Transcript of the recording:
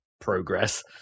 progress